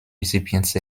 recipients